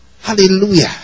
Hallelujah